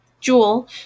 Jewel